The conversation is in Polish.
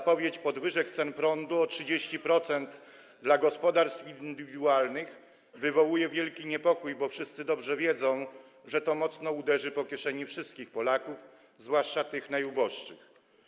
Zapowiedź podwyżek cen prądu o 30% dla gospodarstw indywidualnych wywołuje wielki niepokój, bo wszyscy dobrze wiedzą, że to mocno uderzy po kieszeni wszystkich Polaków, zwłaszcza tych najuboższych.